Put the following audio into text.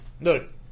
Look